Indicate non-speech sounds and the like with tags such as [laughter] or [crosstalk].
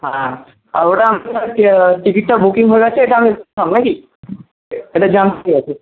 হ্যাঁ আর ওটা [unintelligible] টিকিটটা বুকিং হয়ে গেছে এটা কনফার্ম নাকি এটা যেমন আছে